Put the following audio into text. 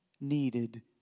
needed